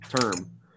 term